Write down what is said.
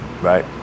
right